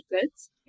goods